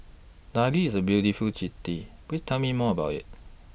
Dili IS A beautiful City Please Tell Me More about IT